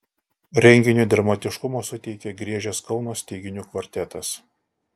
renginiui dramatiškumo suteikė griežęs kauno styginių kvartetas